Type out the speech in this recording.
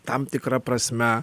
tam tikra prasme